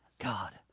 God